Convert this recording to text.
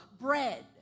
bread